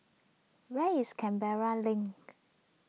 where is Canberra Link